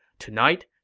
tonight,